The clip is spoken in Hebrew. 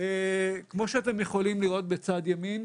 כמו שאתם יכולים לראות בצד ימין,